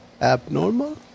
Abnormal